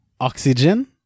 Oxygen